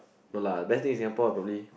no lah best thing in Singapore is probably